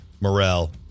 Morrell